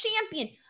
Champion